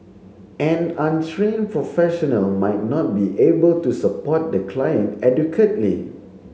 an untrained professional might not be able to support the client adequately